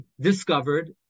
discovered